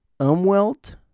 Umwelt